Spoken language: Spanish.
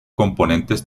componentes